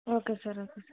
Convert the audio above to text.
okay sir okay